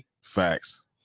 Facts